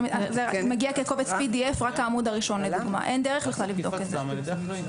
מגיע בקובץ PDF רק העמוד הראשון לדוגמה ואין דרך לבדוק את זה.